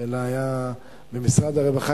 אלא היה במשרד הרווחה,